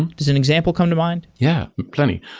does an example come to mind? yeah, plenty.